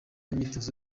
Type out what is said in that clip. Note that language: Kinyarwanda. imyitozo